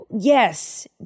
Yes